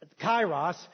Kairos